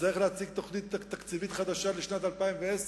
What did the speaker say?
תצטרך להציג תוכנית תקציבית חדשה לשנת 2010,